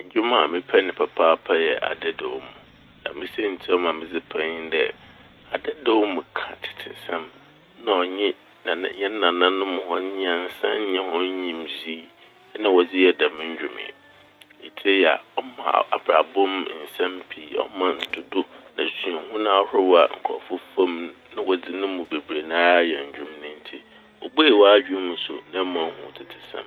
Ndwom a mepɛ ne papaapa yɛ adadawmu. Na me saintsir a ɔma medze pɛ nye dɛ adadawmu ka tsetsesɛm na ɔnye nana - hɛn nananom hɔn nyansae nye hɔn nyimdzee na wɔdze yɛɛ dɛm ndwom yi. Itsie a ɔma abrabɔmu nsɛm pii, ɔma ntodo na suahun ahorow a nkorɔfo fa m' na wɔdze no mu bebree nara yɛ ndwom n' ntsi obuei w'adwen mu so na ɔma ehu tsetsesɛm so.